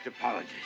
apologies